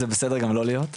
זה בסדר גם לא להיות,